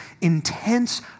intense